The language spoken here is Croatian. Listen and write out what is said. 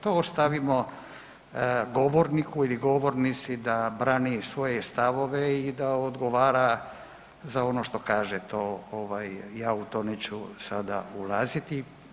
To ostavimo govorniku ili govornici da brani svoje stavove i da odgovara za ono što kaže, ja u to sada neću ulaziti.